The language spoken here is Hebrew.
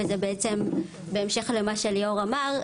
וזה בעצם בהמשך למה שליאור אמר,